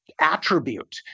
attribute